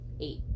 eight